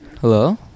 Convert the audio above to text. Hello